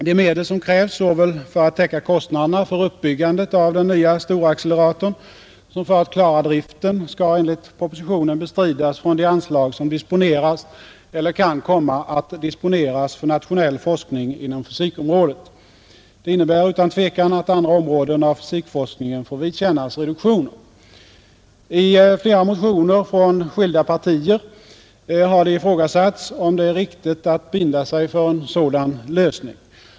De medel som krävs såväl för att täcka kostnaderna för uppbyggandet av den nya storacceleratorn som för att klara driften skall enligt propositionen bestridas från de Nr 91 anslag som disponeras eller kan komma att disponeras för nationell Onsdagen den forskning inom fysikområdet. Det innebär utan tvekan att andra 19 maj 1971 områden av fysikforskningen får vidkännas reduktioner. fr tt I flera motioner från skilda partier har det ifrågasatts om det är riktigt — Svenskt deltagande att binda sig för en sådan lösning.